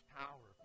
power